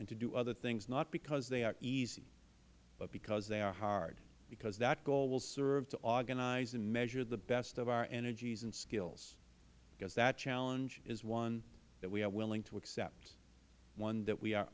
and to do other things not because they are easy but because they are hard because that goal will serve to organize and measure the best of our energies and skills because that challenge is one that we are willing to accept one that we are